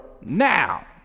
now